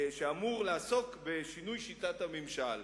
שאמור לעסוק בשינוי שיטת הממשל,